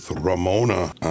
Ramona